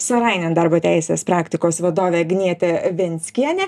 saraine darbo teisės praktikos vadovė agnietė venckienė